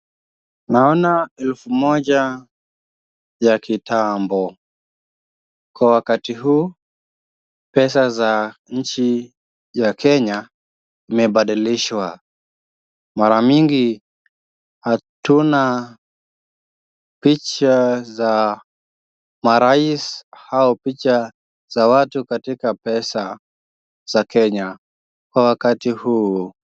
Naona elfu moja ya kitambo. Kwa wakati huu, pesa za nchi ya Kenya imebadilishwa. Mara mingi hatuna picha za marais, au picha za watu katika pesa, za Kenya kwa wakati huu.